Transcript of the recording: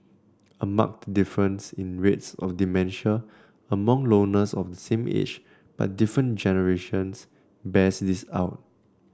a marked difference in rates of dementia among loners of the same age but different generations bears this out